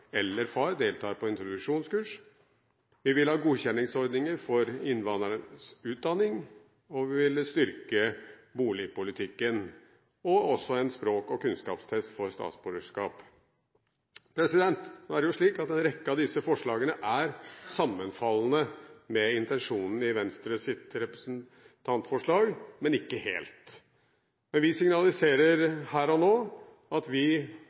eller far deltar på introduksjonskurs. Vi ville ha godkjenningsordninger for innvandrernes utdanning. Vi ville styrke boligpolitikken og ha en språk- og kunnskapstest for statsborgerskap. En rekke av disse forslagene er sammenfallende med intensjonen i Venstres representantforslag, men ikke alle. Men vi signaliserer her og nå at vi